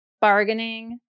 bargaining